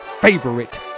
favorite